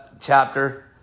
chapter